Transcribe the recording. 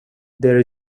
there